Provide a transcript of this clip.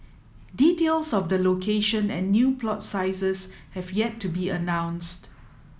details of the location and new plot sizes have yet to be announced